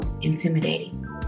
intimidating